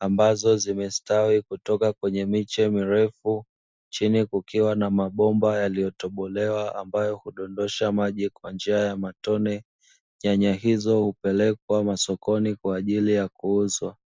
ambazo zimestawi kutoka kwenye miche mirefu, chini kukiwa na mabomba yaliyotobolewa ambayo hudondosha maji kwa njia ya matone. Nyanya hizo hupelekwa masokoni kwa ajili ya kuuzwa.